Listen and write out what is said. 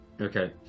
Okay